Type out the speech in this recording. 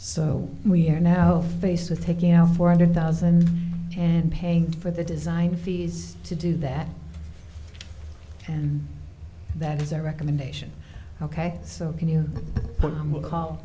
so we are now faced with taking out four hundred thousand and paying for the design fees to do that and that is our recommendation ok so can you put on the call